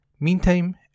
Meantime